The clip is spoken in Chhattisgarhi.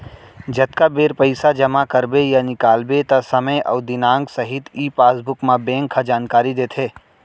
जतका बेर पइसा जमा करबे या निकालबे त समे अउ दिनांक सहित ई पासबुक म बेंक ह जानकारी देथे